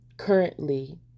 currently